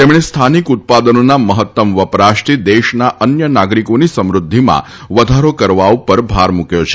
તેમણે સ્થાનિક ઉત્પાદનોના મહત્તમ વપરાશથી દેશના અન્ય નાગરિકોની સમુદ્ધિમાં વધારો કરવા ઉપર ભાર મુક્યો છે